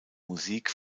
musik